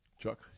Chuck